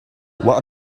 what